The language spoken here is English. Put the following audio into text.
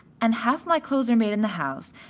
and half my clothes are made in the house,